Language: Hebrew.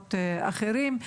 מקומות אחרים.